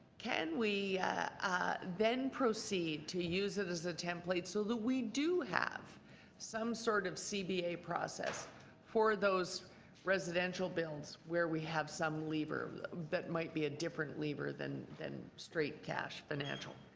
can we then proceed to use it as a template so that we do have some sort of cba process for those residential bills where we have some lever that might be a different lever than than straight cash financial?